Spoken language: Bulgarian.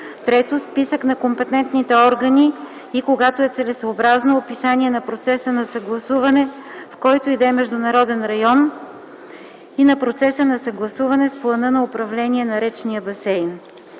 3. списък на компетентните органи и, когато е целесъобразно, описание на процеса на съгласуване в който и да е международен район и на процеса на съгласуване с плана за управление на речния басейн.